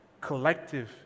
collective